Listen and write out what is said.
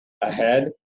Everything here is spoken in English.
ahead